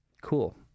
cool